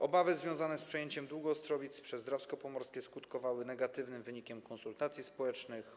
Obawy związane z przejęciem długu Ostrowic przez Drawsko Pomorskie skutkowały negatywnym wynikiem konsultacji społecznych.